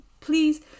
Please